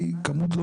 זה מה ששאלתי.